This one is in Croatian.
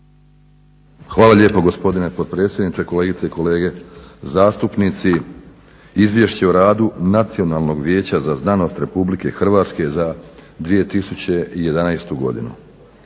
Hvala lijepo gospodine potpredsjedniče, kolegice i kolege zastupnici. Izvješće o radu Nacionalnog vijeća za znanost Republike Hrvatske za 2011. godinu.